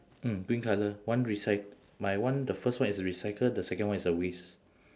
mm green colour one recy~ my one the first one is recycle the second one is a waste